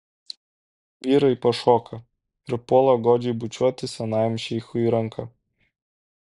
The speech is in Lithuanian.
vyrai pašoka ir puola godžiai bučiuoti senajam šeichui ranką